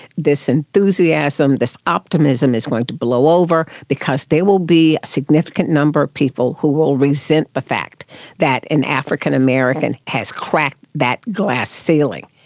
this enthusiasm, this optimism is going to blow over because there will be a significant number of people who will resent the fact that an african american has cracked that glass ceiling,